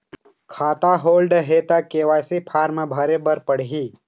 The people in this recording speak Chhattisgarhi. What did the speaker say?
खाता होल्ड हे ता के.वाई.सी फार्म भरे भरे बर पड़ही?